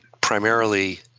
primarily –